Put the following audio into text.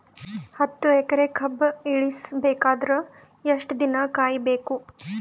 ಹತ್ತು ಎಕರೆ ಕಬ್ಬ ಇಳಿಸ ಬೇಕಾದರ ಎಷ್ಟು ದಿನ ಕಾಯಿ ಬೇಕು?